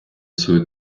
свою